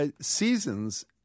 Seasons